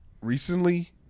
recently